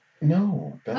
No